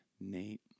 Nate